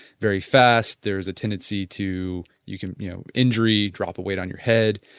very fast, there is a tendency to you can you know injury, drop a weight on your head.